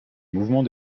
mouvement